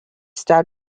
start